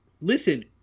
listen